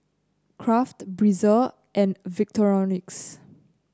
Kraft Breezer and Victorinox